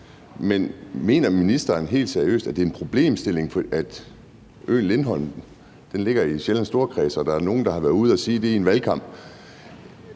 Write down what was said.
mener ministeren helt seriøst, at det er en problemstilling, at øen Lindholm ligger i Sjællands Storkreds, og at nogen har været ude at sige det i en valgkamp?